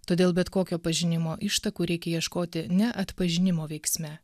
todėl bet kokio pažinimo ištakų reikia ieškoti ne atpažinimo veiksme